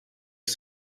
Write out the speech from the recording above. are